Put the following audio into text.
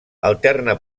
alterna